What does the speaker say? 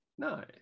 Nice